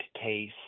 case